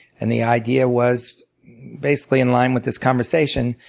and the idea was basically in line with this conversation.